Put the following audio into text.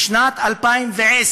משנת 2010,